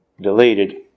deleted